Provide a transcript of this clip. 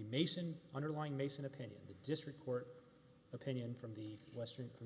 the mason underlying mason opinion the district court opinion from the western from